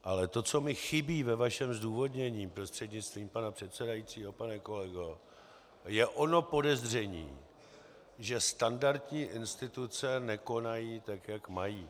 Ale to, co mi chybí ve vašem zdůvodnění, prostřednictvím pana předsedajícího pane kolego, je ono podezření, že standardní instituce nekonají, tak jak mají.